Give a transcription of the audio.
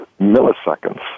milliseconds